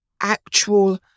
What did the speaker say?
actual